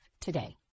today